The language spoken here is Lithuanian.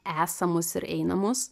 esamus ir einamus